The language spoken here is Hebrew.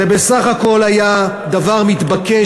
זה בסך הכול היה דבר מתבקש,